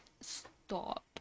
Stop